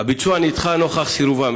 הביצוע נדחה עקב סירובם.